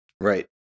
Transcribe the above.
Right